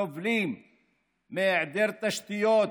סובלים מהיעדר תשתיות,